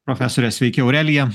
profesorė sveiki aurelija